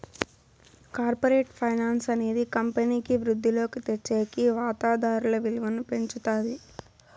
corporate finance అనేది కంపెనీకి వృద్ధిలోకి తెచ్చేకి వాతాదారుల విలువను పెంచుతాది